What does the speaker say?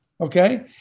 okay